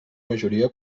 majoria